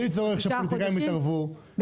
שישה חודשים,